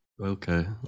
Okay